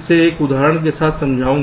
इसे एक उदाहरण के साथ समझाऊंगा